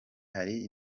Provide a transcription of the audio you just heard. hari